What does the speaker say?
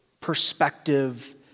perspective